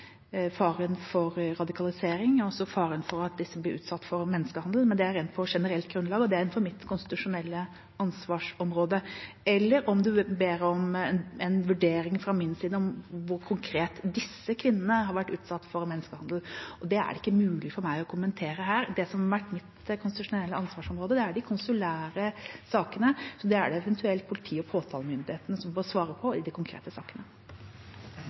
faren for radikalisering, altså faren for at disse blir utsatt for menneskehandel, det er på rent generelt grunnlag, og det er innenfor mitt konstitusjonelle ansvarsområde – eller om representanten ber om en vurdering fra min side om hvor konkret disse kvinnene har vært utsatt for menneskehandel. Det er det ikke mulig for meg å kommentere her. Det som har vært mitt konstitusjonelle ansvarsområde, er de konsulære sakene. Det er det eventuelt politi og påtalemyndighet som bør svare på i de konkrete sakene.